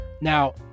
Now